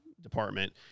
department